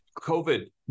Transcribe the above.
COVID